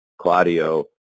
Claudio